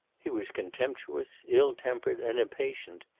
he was contemptuous, ill-tempered, and impatient,